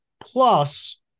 plus